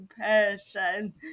person